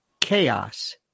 chaos